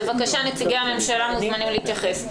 בבקשה, נציגי הממשלה מוזמנים להתייחס.